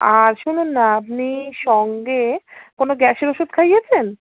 আর শুনুন না আপনি সঙ্গে কোনো গ্যাসের ওষুধ খাইয়েছেন